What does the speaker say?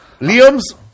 Liam's